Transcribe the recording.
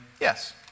yes